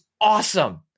awesome